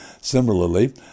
Similarly